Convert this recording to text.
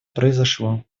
произошло